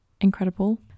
incredible